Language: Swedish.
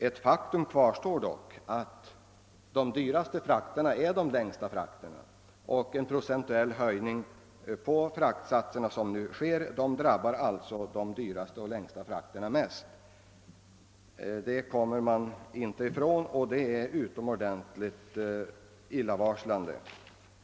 Ett faktum kvarstår dock: de dyraste frakterna har vi på de längsta sträckorna, och den procentuella höjning av fraktsatsen som nu sker drabbar alltså de längsta frakterna mest. Det kommer man inte ifrån, och det är utomordentligt illavarslande.